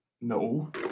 no